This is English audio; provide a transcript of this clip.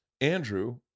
Andrew